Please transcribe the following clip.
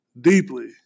Deeply